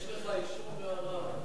יש לך אישור של הרב.